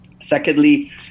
Secondly